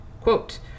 Quote